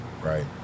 Right